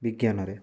ବିଜ୍ଞାନରେ